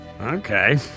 Okay